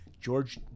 George